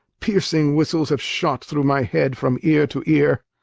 piercing whistles have shot through my head from ear to ear.